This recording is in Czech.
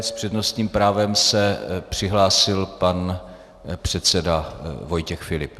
S přednostním právem se přihlásil pan předseda Vojtěch Filip.